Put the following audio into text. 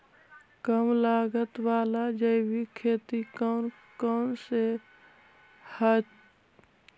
कम लागत वाला जैविक खेती कौन कौन से हईय्य?